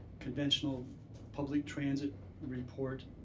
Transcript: conventional public transit report.